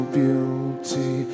beauty